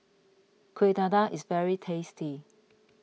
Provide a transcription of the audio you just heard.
Kueh Dadar is very tasty